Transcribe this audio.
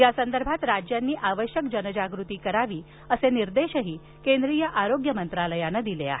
या संदर्भात राज्यांनी आवश्यक जनजागृती करावी असे निर्देश केंद्रीय आरोग्य मंत्रालयानं दिले आहेत